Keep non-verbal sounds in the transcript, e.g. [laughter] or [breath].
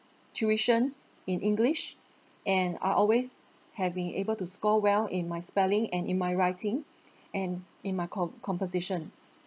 tuition in english and are always have been able to score well in my spelling and in my writing [breath] and in my com~ composition